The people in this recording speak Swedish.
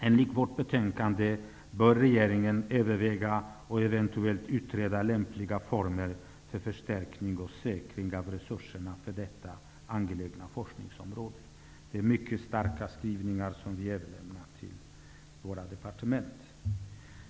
Enligt vårt betänkande bör regeringen överväga och eventuellt utreda lämpliga former för förstärkning och säkring av resurserna för detta angelägna forskningsområde. Det är mycket starka skrivningar som vi överlämnar till departementen.